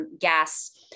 gas